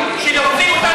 וזו זכותה,